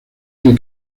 que